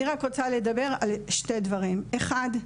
אני רוצה לדבר על שני דברים: אחד,